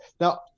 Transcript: Now